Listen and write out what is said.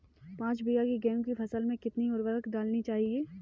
पाँच बीघा की गेहूँ की फसल में कितनी उर्वरक डालनी चाहिए?